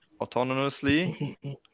autonomously